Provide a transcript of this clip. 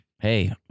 Hey